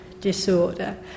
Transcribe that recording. disorder